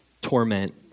torment